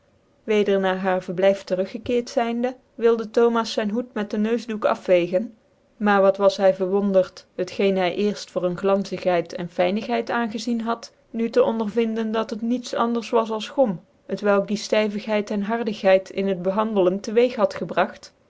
weder na haar vcrblyf tc rug gekcert zyndc wilde thomas zyn hoed met de neusdoek afvergen maar wat was hy verwondert het geen hy ecrfl voor een glanzighcid cn tynighcid aangezien had nu tc ondervinden dat het niet anders was als gom t welk die ftyvighcid cn hardigheid in het behandelen tc weeg gebragt